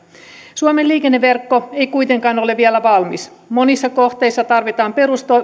suomen liikenneverkko ei kuitenkaan ole vielä valmis monissa kohteissa tarvitaan